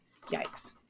Yikes